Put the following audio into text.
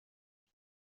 بود